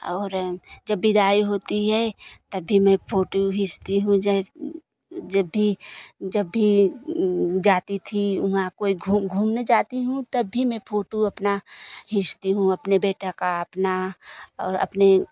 और जब विदाई होती है तब भी मैं फोटो खींचती हूँ जो जब भी जब भी जाती थी वहाँ कोई घूमने जाती हूँ तब भी मैं फोटो अपनी खींचती हूँ अपने बेटे की अपनी और अपने